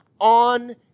on